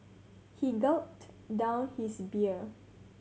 he gulped down his beer